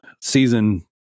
season